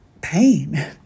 pain